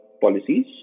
policies